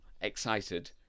excited